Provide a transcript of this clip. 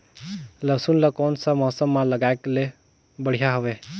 लसुन ला कोन सा मौसम मां लगाय ले बढ़िया हवे?